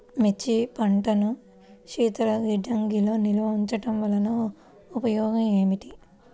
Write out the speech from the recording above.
మిర్చి పంటను శీతల గిడ్డంగిలో నిల్వ ఉంచటం వలన ఉపయోగం ఏమిటి?